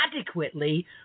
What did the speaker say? adequately